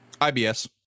IBS